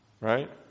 Right